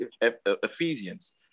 ephesians